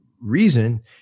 reason